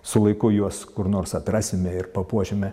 su laiku juos kur nors atrasime ir papuošime